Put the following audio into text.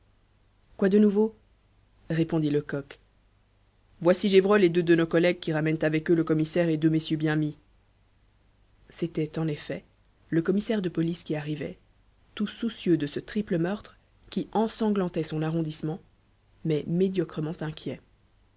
quoi de nouveau répondit lecoq voici gévrol et deux de nos collègues qui ramènent avec eux le commissaire et deux messieurs bien mis c'était en effet le commissaire de police qui arrivait tout soucieux de ce triple meurtre qui ensanglantait son arrondissement mais médiocrement inquiet